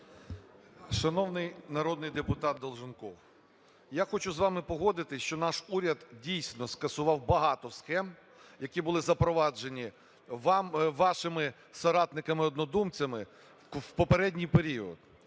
Шановний народний депутат Долженков, Я хочу з вами погодитися, що наш уряд дійсно скасував багато схем, які були запроваджені вашими соратниками-однодумцями в попередній період.